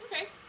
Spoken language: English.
Okay